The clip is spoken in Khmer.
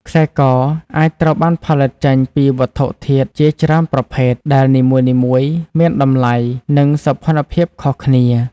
ខ្សែ ក អាចត្រូវបានផលិតចេញពីវត្ថុធាតុជាច្រើនប្រភេទ ដែលនីមួយៗមានតម្លៃ និងសោភ័ណភាពខុសគ្នា។